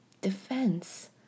defense